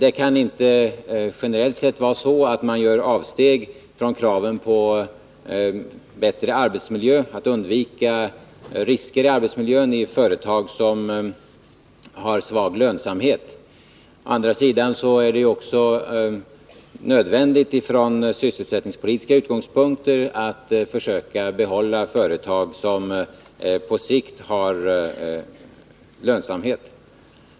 Det kan inte generellt sett vara så att man gör avsteg från krav på förbättringar i syfte att undvika risker i arbetsmiljön av det skälet att företaget har svag lönsamhet. Å andra sidan är det ju också nödvändigt från sysselsättningspolitiska utgångspunkter att försöka behålla företag som på sikt är eller kan bli lönsamma.